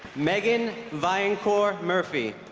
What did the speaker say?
meghan vaillancourt murphy